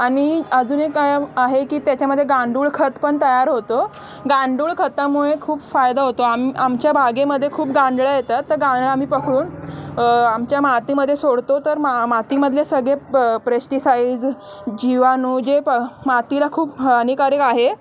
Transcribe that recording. आणि अजून एक काय आहे की त्याच्यामध्ये गांडूळ खत पण तयार होतो गांडूळ खतामुळे खूप फायदा होतो आम आमच्या बागेमध्ये खूप गांडळं येतात तर गांडळा आम्ही पकडून आमच्या मातीमध्ये सोडतो तर मा मातीमधले सगळे प्रेस्टीसाइज जिवाणू जे प मातीला खूप हानिकारिक आहे